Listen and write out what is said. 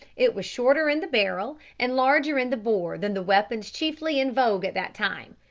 it was shorter in the barrel and larger in the bore than the weapons chiefly in vogue at that time,